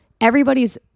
Everybody's